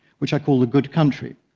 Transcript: which i call the good country.